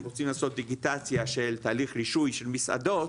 אם רוצים לעשות דיגיטציה של תהליך רישוי של מסעדות,